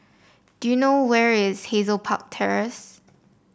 do you know where is Hazel Park Terrace